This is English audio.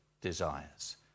desires